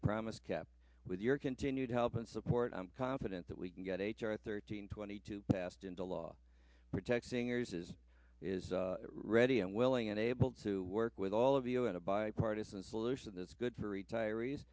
a promise kept with your continued help and support i'm confident that we can get h r thirteen twenty two passed into law protect singers is is ready and willing and able to work with all of you in a bipartisan solution that's good for retirees